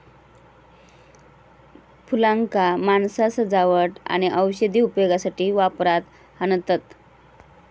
फुलांका माणसा सजावट आणि औषधी उपयोगासाठी वापरात आणतत